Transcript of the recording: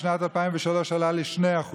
בשנת 2003 הוא עלה ל-2%.